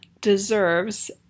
deserves